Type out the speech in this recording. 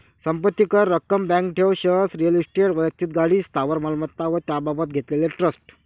संपत्ती कर, रक्कम, बँक ठेव, शेअर्स, रिअल इस्टेट, वैक्तिक गाडी, स्थावर मालमत्ता व ताब्यात घेतलेले ट्रस्ट